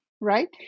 Right